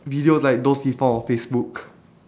videos like those we found on facebook